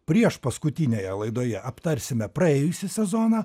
priešpaskutinėje laidoje aptarsime praėjusį sezoną